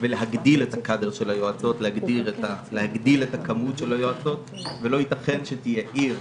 להגדיל את הכמות של היועצות ולא ייתכן שתהיה עיר,